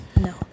No